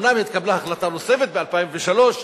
אומנם התקבלה החלטה נוספת ב-2003,